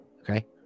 Okay